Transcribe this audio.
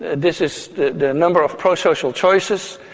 this is the the number of pro-social choices,